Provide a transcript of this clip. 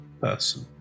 person